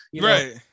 Right